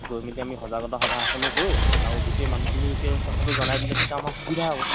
গৈ মেলি আমি সজাগতা সভা এখনো কৰো আৰু গোটেই মানুহখিনিকে কথাটো জনাই দিলে তেতিয়া আমাৰ সুবিধা হ'ব